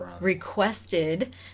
requested